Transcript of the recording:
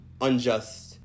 unjust